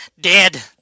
dead